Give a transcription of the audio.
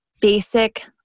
basic